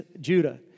Judah